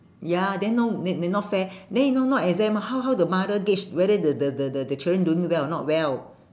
ya then no may~ then not fair then you know no exam how how the mother gauge whether the the the the the children doing well or not well